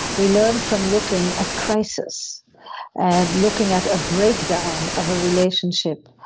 we learn from looking at crisis and looking at a breakdown of the relationship.